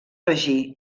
regir